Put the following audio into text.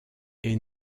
est